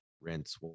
rents